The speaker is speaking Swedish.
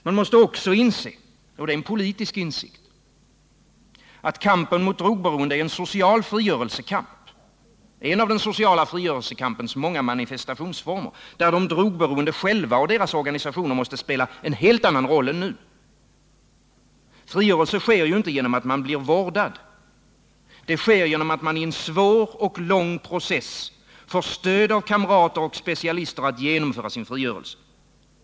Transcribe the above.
Man måste också inse — och det är en politisk insikt — att kampen mot drogberoende är en social frigörelsekamp, en av den sociala frigörelsekampens många manifestationsformer, där de drogberoende själva och deras organisationer måste spela en helt annan roll än nu. Frigörelse sker ju inte genom att man blir vårdad, det sker genom att man i en svår och lång process får stöd av kamrater och specialister att genomföra sin frigörelse.